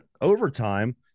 overtime